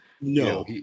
No